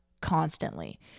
constantly